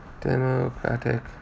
Democratic